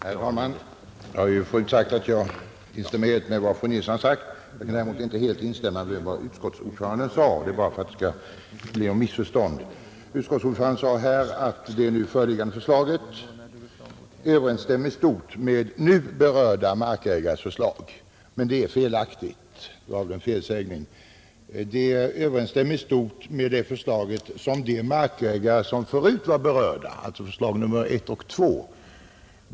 Herr talman! Jag har förut nöjt mig med att instämma i vad fru Nilsson i Kristianstad har sagt. Jag vill emellertid för att det inte skall bli något missförstånd säga några ord med anledning av vad utskottsordföranden anfört. Utskottsordföranden sade här att det föreliggande förslaget överensstämmer i stort med nu berörda markägares förslag. Men det var väl en felsägning. Det överensstämmer i stort med de förslag som gällde de markägare som förut var berörda — alltså förslagen nr 1 och 2.